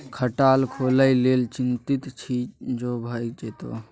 खटाल खोलय लेल चितिंत छी जो भए जेतौ